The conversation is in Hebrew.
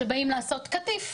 שבאים לעשות קטיף,